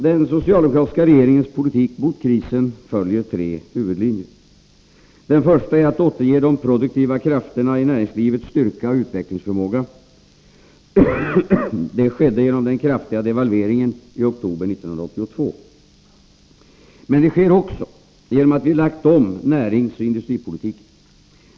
Den socialdemokratiska regeringens politik mot krisen följer tre huvudlinjer. Den första är att återge de produktiva krafterna i näringslivet styrka och utvecklingsförmåga. Det skedde genom den kraftiga devalveringen i oktober 1982. Men det sker också genom att vi lagt om näringsoch industripolitiken.